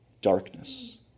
darkness